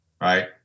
Right